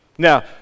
Now